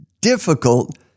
difficult